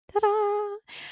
Ta-da